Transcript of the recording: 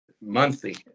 monthly